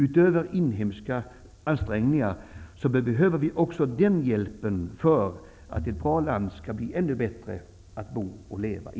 Utöver inhemska ansträngningar behöver vi också den hjälpen för att ett bra land skall bli ännu bättre att leva och bo i.